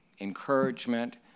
encouragement